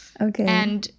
Okay